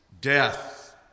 death